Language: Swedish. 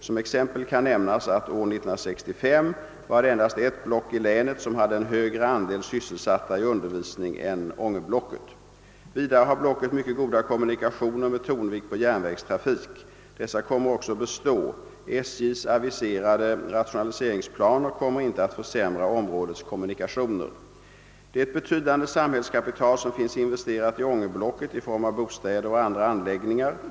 Som exempel kan nämnas att år 1965 var det endast ett block i länet som hade en högre andel sysselsatta i undervisning än Ånge-blocket. Vidare har blocket mycket goda kommunikationer med tonvikt på järnvägstrafik. Dessa kommer också att bestå. SJ:s aviserade rationaliseringsplaner kommer inte att försämra områdets kommunikationer. Det är ett betydande samhällskapital som finns investerat i Ånge-blocket i form av bostäder och andra anläggningar.